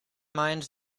mind